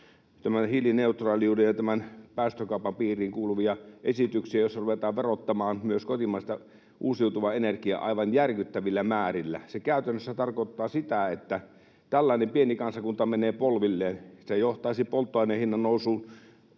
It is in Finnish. hiilineutraaliuden ja päästökaupan piiriin kuuluvia esityksiä, joissa ruvetaan verottamaan myös kotimaista uusiutuvaa energiaa aivan järkyttävillä määrillä. Se käytännössä tarkoittaa sitä, että tällainen pieni kansakunta menee polvilleen. Se johtaisi polttoaineen hinnannousuun